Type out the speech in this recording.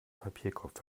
papierkorb